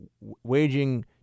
waging